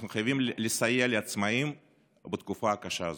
אנחנו חייבים לסייע לעצמאים בתקופה הקשה הזו.